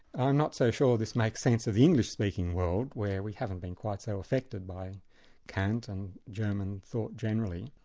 i'm not so sure this makes sense of the english-speaking world where we haven't been quite so affected by kant and german thought generally.